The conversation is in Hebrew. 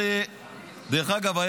דרך אגב,